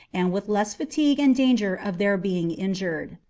and with less fatigue and danger of their being injured.